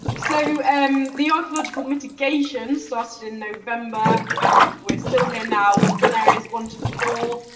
so um the archeological mitigation started in november, and we're still here now. we've done areas one to four,